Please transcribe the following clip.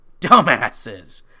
Dumbasses